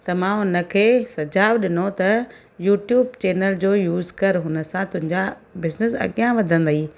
त मां हुन खे सुझाव ॾिनो त यूट्यूब चैनल यूस कर हुन सां तुंहिंजा बिजनेस अॻियां वधंदई